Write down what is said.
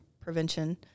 prevention